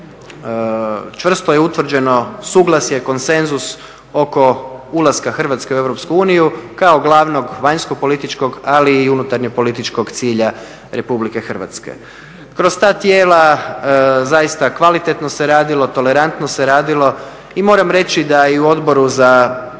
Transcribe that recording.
čvrsto je utvrđeno suglasje, konsenzus oko ulaska Hrvatske u EU kao glavnog vanjskopolitičkog ali i unutarnjeg političkog cilja RH. Kroz ta tijela zaista kvalitetno se radilo, tolerantno se radilo i moram reći da i u Odboru za